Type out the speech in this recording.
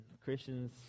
Christians